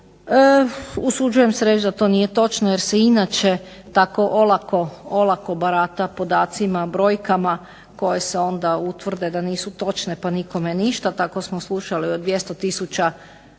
Usuđujem se reći da to nije točno, jer se inače tako olako barata podacima, brojkama koje se onda utvrde da nisu točne, pa nikome ništa, tako smo slušali o 200